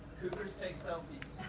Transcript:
cougars take selfies.